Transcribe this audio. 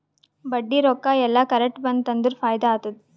ಬಡ್ಡಿ ರೊಕ್ಕಾ ಎಲ್ಲಾ ಕರೆಕ್ಟ್ ಬಂತ್ ಅಂದುರ್ ಫೈದಾ ಆತ್ತುದ್